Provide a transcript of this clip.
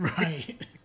Right